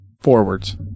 forwards